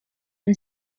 and